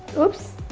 oops,